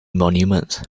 monument